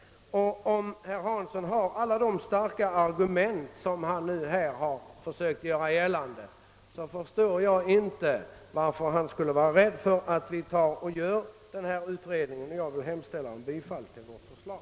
Om herr Hansson har alla de starka argumenten på sin sida, så som han här försökt göra gällande, förstår jag inte heller varför han skulle vara rädd för en utredning. Jag vill hemställa om bifall till vårt förslag.